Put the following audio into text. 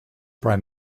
prime